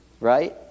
right